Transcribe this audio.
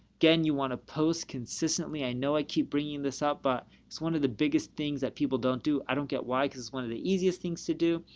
again you want to post consistently. i know i keep bringing this up, but it's one of the biggest things that people don't do. i don't get why because it's one of the easiest things to do.